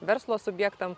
verslo subjektam